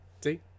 See